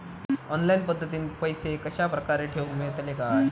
Online पद्धतीन पैसे कश्या प्रकारे ठेऊक मेळतले काय?